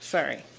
Sorry